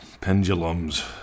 pendulums